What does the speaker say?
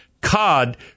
cod